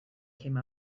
came